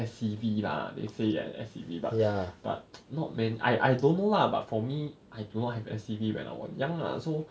S_C_V lah they say eh S_C_V but yeah but not man I I don't know lah but for me I do not have S_C_V when I was young lah so